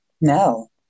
No